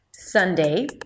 Sunday